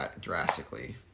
drastically